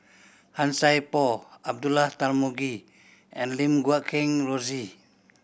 Han Sai Por Abdullah Tarmugi and Lim Guat Kheng Rosie